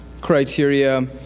criteria